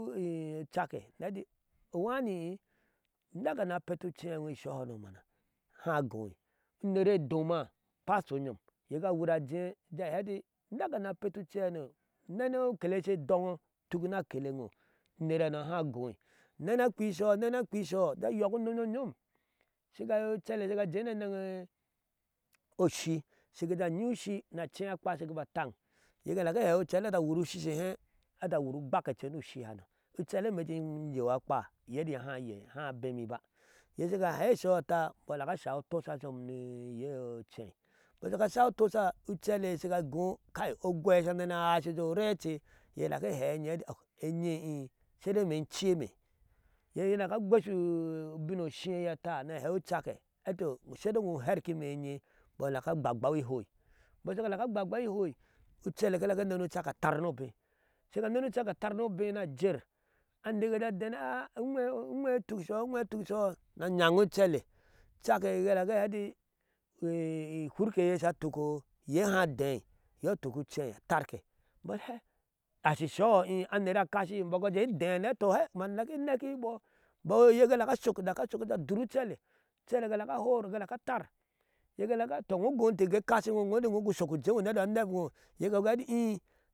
ucakke iyee ɛti owani ii, umeke ni apeti uceŋoo ishɔhɔmo mana ha agɔi uner edoma ipastor nyom, iye ga awur ajee jee a hɛɛ, ɛti uneke ni apeti ucehano, unɛnɛ okele sho edono utuk ni akele e iŋo, unerhano na agoi, anɛnɛ akpei isɔuh, anɛnɛ akpei ishouho ucele shiga ajer ni enɛne oshii shi ga ajee anyi ushi acee akpa shi ga ba taŋi iye dik ahɛhe ucele eti imee in jee iyew akpa iyee eti iye ha abeme ba iye shi ga ahɛɛ ishɔmhɔɔ ata imbɔɔ duk ashai otɔsha com ni iyee ocei imbɔɔ shi ga ashai otosha weele shi ga ago, agwei e iye sha anɛnɛɛ a aishi je orɛce iye nika agweshi ubin ushii e iye ata ni ahɛhɛ ucake eti ushedei iŋo uhɛrkime enye imbɔɔ dik agbaw ihoi, imbɔɔ shi ga agbagbaw ihi ucele ka nik anena ucakee atar ni obe shi ga anene ucakee atar ni obe shi ga anɛnɛ ajee ade na aa, uŋwɛ uŋwɛ utuk ishɔhɔ uŋwɛɛ utuk ishɔhɔ ni iyana ucɛle, ucake ga dak ahɛɛ, ɛti ihwurkeye sha atuk oh iyeha adei iyɔɔ ituk ucei atarke imbɔɔ ɛti hɛɛ, ashi ishɔhɔ ti aner akashi imbɔɔ ka jee ede nina ahei eti tɔ he ma neke e nekihi bɔ, iyee ga dak ashok ajee adur ucele, ucele ga dak ahor ga dak atar iyee ga daka tɔɔ inɔ ugɔ teke ekashingo inoti ingo guushok ujeeŋo iŋoti anɛkiŋo, iye ga agui ahɛɛ ɛti ti.